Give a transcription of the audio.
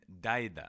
Daida